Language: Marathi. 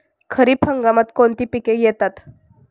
खरीप हंगामात कोणती पिके येतात?